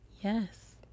Yes